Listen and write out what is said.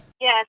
Yes